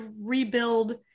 rebuild